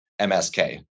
MSK